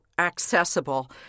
accessible